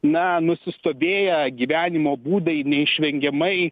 na nusistovėję gyvenimo būdai neišvengiamai